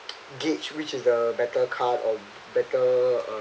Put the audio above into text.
gauge which is the better card or better uh